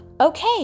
Okay